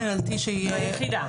היחידה.